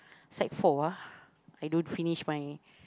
sec-four ah I don't finish my